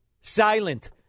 silent